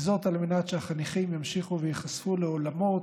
וזאת על מנת שהחניכים ימשיכו וייחשפו לעולמות,